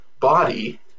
body